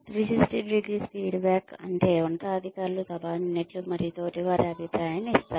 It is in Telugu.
360 ° ఫీడ్బ్యాక్ అంటే ఉన్నతాధికారులు సబార్డినేట్లు మరియు తోటివారు అభిప్రాయాన్ని ఇస్తారు